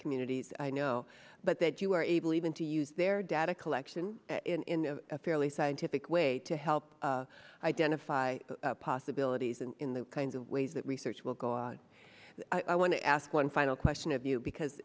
communities i know but that you are able even to use their data collection in a fairly scientific way to help identify possibilities and in the kinds of ways that research will go on i want to ask one final question of you because